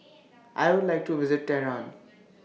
I Would like to visit Tehran